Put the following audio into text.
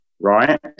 right